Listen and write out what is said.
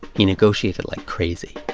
he negotiated like crazy.